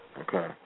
Okay